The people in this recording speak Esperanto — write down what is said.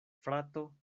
frato